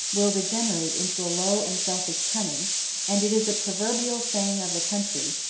will degenerate into a low and selfish cunning and it is a proverbial saying of the country,